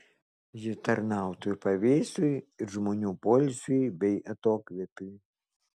ji tarnautų ir pavėsiui ir žmonių poilsiui bei atokvėpiui